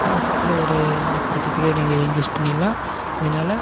மாசத்துக்குள்ளே ஒரு எட்டு பத்து கிலோ வரையும் நீங்கள் இன்க்ரீஸ் பண்ணிடலாம் அதனால்